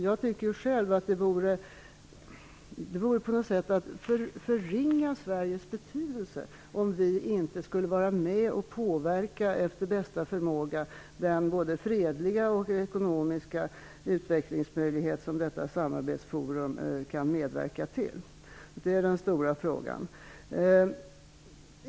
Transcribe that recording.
Jag tycker själv att det på något sätt vore att förringa Sveriges betydelse om vi inte efter bästa förmåga skulle vara med och påverka både den fredliga och den ekonomiska utvecklingsmöjlighet som detta samarbetsforum kan medverka till. Det är den stora frågan.